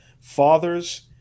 Fathers